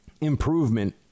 improvement